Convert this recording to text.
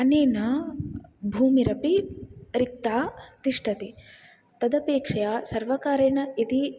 अनेन भूमिरपि रिक्ता तिष्ठति तदपेक्षया सर्वकारेण यदि